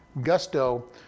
gusto